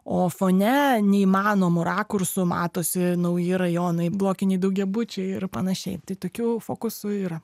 o fone neįmanomu rakursu matosi nauji rajonai blokiniai daugiabučiai ir panašiai tai tokių fokusų yra